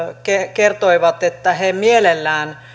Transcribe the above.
kertoivat että he mielellään